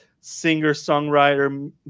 singer-songwriter